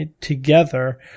together